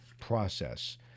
process